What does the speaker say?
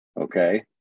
Okay